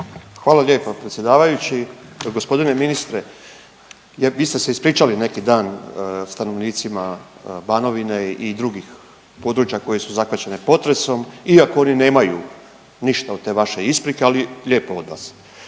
Hvala lijepo predsjedavajući. Gospodine ministre, vi ste se ispričali neki dan stanovnicima Banovine i drugih područja koje su zahvaćeni potresom iako oni nemaju ništa od te vaše isprike, ali lijepo od vas.